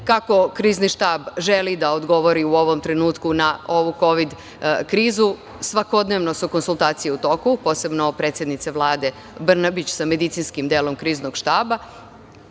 kako Krizni štab želi da odgovori u ovom trenutku na ovu kovid krizu, svakodnevno su konsultacije u toku, posebno predsednice Vlade Brnabić sa medicinskim delom Kriznog štaba.